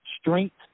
strength